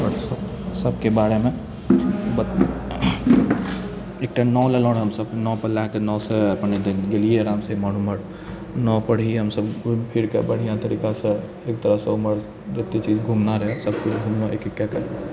सबके बारेमे एकटा नाव लेलहुँ रहए हमसब नावसँ अपन गेलिए आरामसँ एमहर ओमहर नावपर ही हमसब घुमि फिरकऽ बढ़िआँ तरीकासँ एक तरहसँ ओमहर जते चीज घुमना रहै सबचीज घुमलहुँ एक एक कऽ कऽ